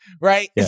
Right